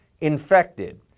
infected